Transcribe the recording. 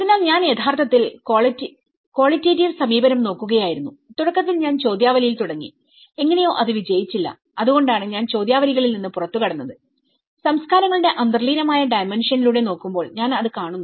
അതിനാൽ ഞാൻ യഥാർത്ഥത്തിൽ ക്വാളിറ്റേറ്റീവ് സമീപനം നോക്കുകയായിരുന്നു തുടക്കത്തിൽ ഞാൻ ചോദ്യാവലിയിൽ തുടങ്ങിഎങ്ങനെയോ അത് വിജയിച്ചില്ല അതുകൊണ്ടാണ് ഞാൻ ചോദ്യാവലികളിൽ നിന്ന് പുറത്തുകടന്നത് സംസ്കാരങ്ങളുടെ അന്തർലീനമായ ഡൈമൻഷനിലൂടെ നോക്കുമ്പോൾ ഞാൻ അത് കാണുന്നു